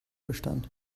bestand